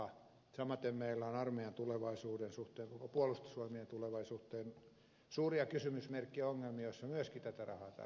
samaten meillä on armeijan tulevaisuuden suhteen koko puolustusvoimien tulevaisuuden suhteen suuria kysymysmerkkejä ongelmia joissa tätä rahaa myöskin tarvittaisiin